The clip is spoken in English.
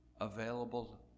available